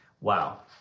Wow